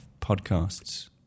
podcasts